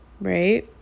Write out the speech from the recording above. Right